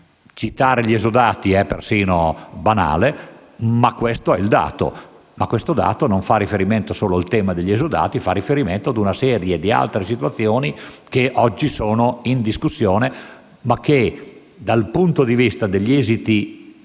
Citare gli esodati è perfino banale, ma questo è il dato, che però non fa riferimento solo agli esodati, ma anche ad una serie di altre situazioni che oggi sono in discussione, ma che dal punto di vista degli esiti del